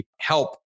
help